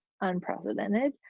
unprecedented